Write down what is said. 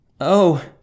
Oh